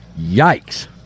yikes